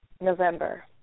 November